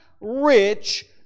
rich